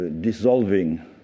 dissolving